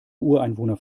ureinwohner